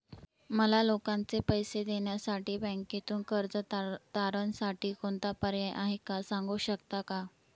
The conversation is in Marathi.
मला लोकांचे पैसे देण्यासाठी बँकेतून कर्ज तारणसाठी कोणता पर्याय आहे? सांगू शकता का?